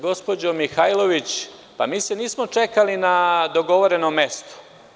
Gospođo Mihajlović, mi se nismo čekali na dogovorenom mestu.